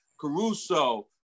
Caruso